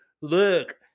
look